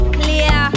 clear